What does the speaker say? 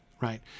right